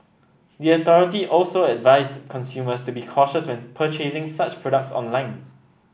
the authority also advised consumers to be cautious when purchasing such products online